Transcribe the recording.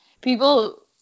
people